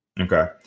Okay